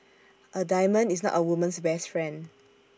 A diamond is not A woman's best friend